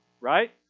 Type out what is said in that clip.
Right